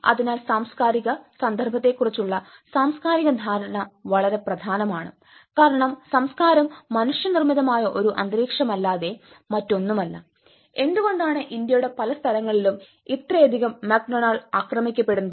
അതിനാൽ സാംസ്കാരിക സന്ദർഭത്തെക്കുറിച്ചുള്ള സാംസ്കാരിക ധാരണ വളരെ പ്രധാനമാണ് കാരണം സംസ്കാരം മനുഷ്യനിർമ്മിതമായ ഒരു അന്തരീക്ഷമല്ലാതെ മറ്റൊന്നുമല്ല എന്തുകൊണ്ടാണ് ഇന്ത്യയുടെ പല സ്ഥലങ്ങളിലും ഇത്രയധികം മക് ഡൊണാൾഡ് ആക്രമിക്കപ്പെടുന്നത്